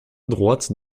droite